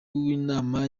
w’inama